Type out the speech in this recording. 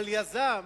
על יזם,